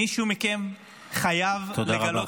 מישהו מכם חייב לגלות מנהיגות -- תודה רבה,